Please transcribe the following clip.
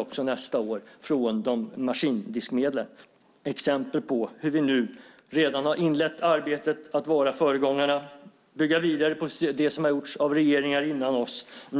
och nästa år försvinner de också från maskindiskmedlen. Detta är exempel på hur vi nu redan har inlett arbetet med att vara föregångare och att nu bygga vidare framåt på det som har gjorts av regeringar före oss.